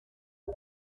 fue